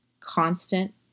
constant